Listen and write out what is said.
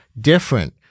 different